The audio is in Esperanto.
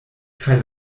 kaj